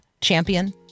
champion